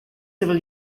civil